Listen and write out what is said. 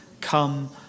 Come